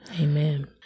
Amen